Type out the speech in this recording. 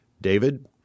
David